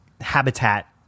habitat